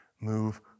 move